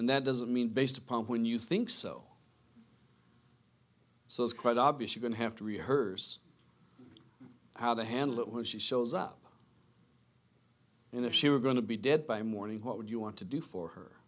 and that doesn't mean based upon when you think so so it's quite obvious you don't have to rehearse how to handle it when she shows up in if she were going to be dead by morning what would you want to do for her